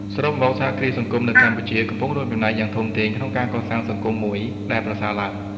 សរុបមក សហគ្រាសសង្គមនៅកម្ពុជា កំពុងរួមចំណែកយ៉ាងធំធេងក្នុងការកសាងសង្គមមួយដែលប្រសើរឡើង។